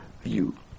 view